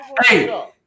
Hey